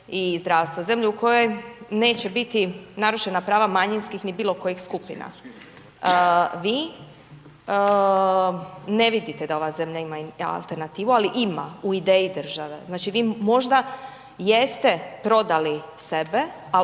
i zdravstvo, zemlje u kojoj neće biti narušena prava manjinskih ni bilo kojih skupina. Vi ne vidite da ova zemlja ima alternativu, ali ima, u ideji države. Znači vi možda jeste prodali sebe,